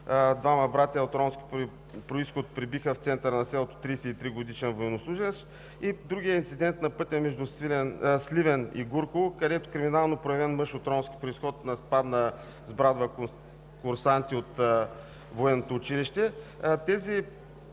двама братя от ромски произход пребиха в центъра на селото 33-годишен военнослужещ, и другият инцидент на пътя между Сливен и Гурково, където криминално проявен мъж от ромски произход нападна с брадва курсанти от Военното училище.